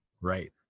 Right